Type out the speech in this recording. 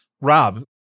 Rob